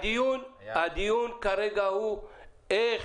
הדיון כרגע הוא איך